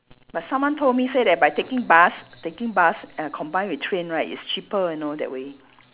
but someone told me say that by taking bus taking bus and I combine with train right is cheaper you know that way